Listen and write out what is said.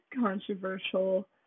controversial